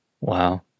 wow